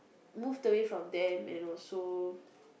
moved away from them and also